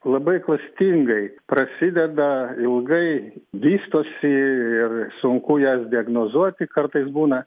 labai klastingai prasideda ilgai vystosi ir sunku jas diagnozuoti kartais būna